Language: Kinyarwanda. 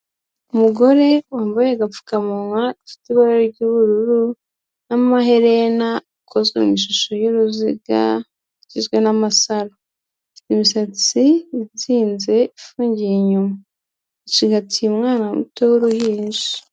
Umugore wambaye agapfukamunwa gafite ibara ry'ubururu, n'amaherena akozwe mu ishusho y'uruziga, igizwe n'amasaro, afite imisatsi izinze ifungiye inyuma, acigatiye umwana muto w'uruhinja.